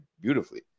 beautifully